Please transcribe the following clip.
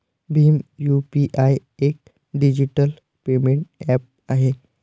Bhim UPI एक digital payment app आहे